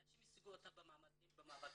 אנשים השיגו אותם במאבקים גדולים.